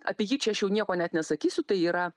apie jį čia aš jau nieko net nesakysiu tai yra